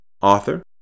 author